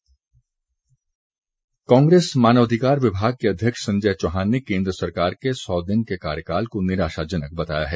कांग्रेस कांग्रेस मानव अधिकार विभाग के अध्यक्ष संजय चौहान ने केंद्र सरकार के सौ दिन के कार्यकाल को निराशाजनक बताया है